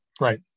Right